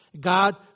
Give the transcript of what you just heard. God